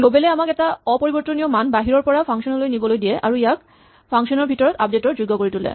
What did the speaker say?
global এ আমাক এটা অপৰিবৰ্তনীয় মান বাহিৰৰ পৰা ফাংচন লৈ নিবলৈ দিয়ে আৰু ইয়াক ফাংচন ৰ ভিতৰত আপডেট ৰ যোগ্য কৰি তোলে